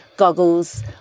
Goggles